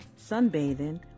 sunbathing